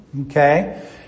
Okay